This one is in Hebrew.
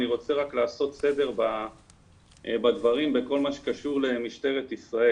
אני רוצה רק לעשות סדר בדברים בכל מה שקשור למשטרת ישראל.